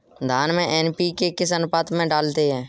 धान में एन.पी.के किस अनुपात में डालते हैं?